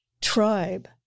tribe